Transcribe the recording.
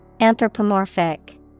Anthropomorphic